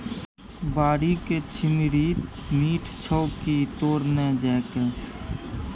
बाड़ीक छिम्मड़ि मीठ छौ की तोड़ न जायके